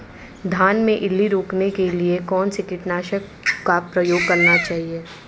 धान में इल्ली रोकने के लिए कौनसे कीटनाशक का प्रयोग करना चाहिए?